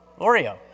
Oreo